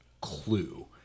clue